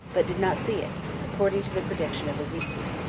but did not see it, according to the prediction of ezekiel.